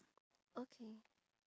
okay